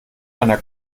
einer